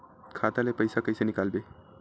खाता ले पईसा कइसे निकालबो?